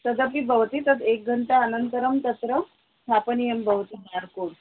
तदपि भवति तद् एक घण्टा अनन्तरं तत्र स्थापनीयं भवति बार्कोड्